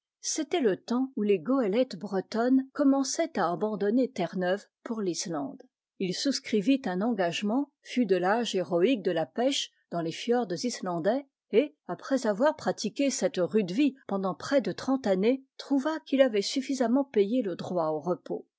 c'était le temps où les goélettes bretonnes commençaient à abandonner terre-neuve pour l'islande il souscrivit un engagement fut de l'âge héroïque de la pêche dans les fiords islandais et après avoir pratiqué cette rude vie pendant près de trente années trouva qu'il avait suffisamment payé le droit au repos